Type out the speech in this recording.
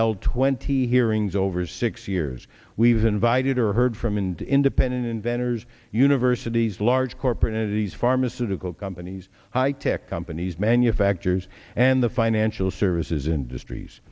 held twenty hearings over six years we've invited or heard from and independent inventors universities large corporate entities pharmaceutical companies high tech companies manufacturers and the financial services industries